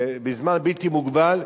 בזמן בלתי מוגבל,